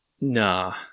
nah